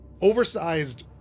oversized